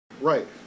Right